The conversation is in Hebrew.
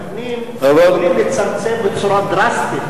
המבנים יכולים לצמצם בצורה דרסטית,